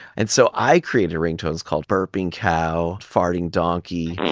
and so i created ringtones called burping cow, farting donkey,